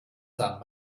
san